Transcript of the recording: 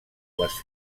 les